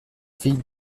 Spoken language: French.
fille